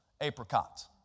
apricots